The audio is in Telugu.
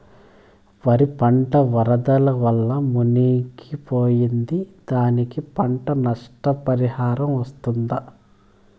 వరి పంట వరదల వల్ల మునిగి పోయింది, దానికి పంట నష్ట పరిహారం వస్తుందా?